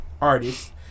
artists